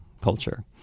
culture